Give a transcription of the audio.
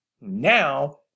now